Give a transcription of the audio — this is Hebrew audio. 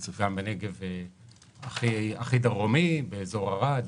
גם הנגב הכי דרומי באזור ערד,